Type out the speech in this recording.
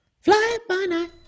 Fly-by-night